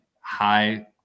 high